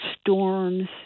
storms